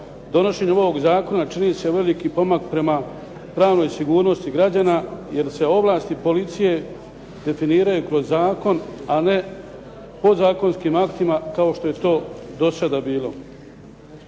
Donošenjem ovog zakona čini se veliki pomak prema pravnoj sigurnosti građana, jer se ovlasti policije definiraju kroz zakon, a ne podzakonskim aktima kao što je to do sada bilo.